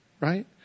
right